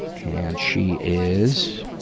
and she is,